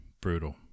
Brutal